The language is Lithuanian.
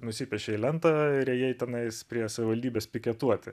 nusipiešei lentą ir ėjai tenais prie savivaldybės piketuoti